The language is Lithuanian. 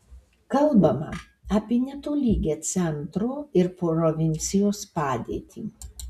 kalbama apie netolygią centro ir provincijos padėtį